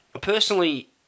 personally